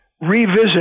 revisit